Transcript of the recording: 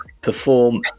perform